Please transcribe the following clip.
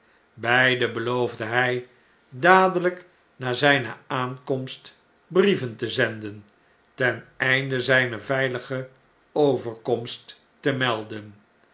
beiden beloofde hjj dadelh'k na zgne aankomst brieven te zenden ten einde zjjne veilige overkomst te melden